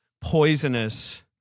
poisonous